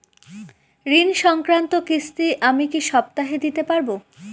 ঋণ সংক্রান্ত কিস্তি আমি কি সপ্তাহে দিতে পারবো?